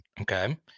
Okay